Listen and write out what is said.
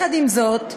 עם זאת,